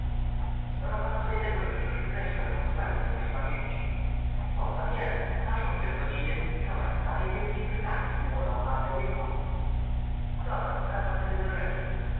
skoro pan sobie tego życzysz wykreślę ją zupełnie z mej pamięci to zawiele proszę tylko nie identyfikować starej wielkiej brytanii z młodą ameryką zgoda wracam tedy do rzeczy